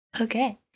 Okay